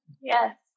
Yes